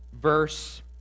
verse